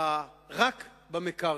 רק במקרקעין.